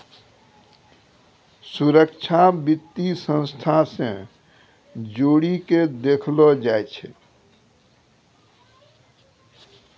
सुरक्षा वित्तीय संस्था से जोड़ी के देखलो जाय छै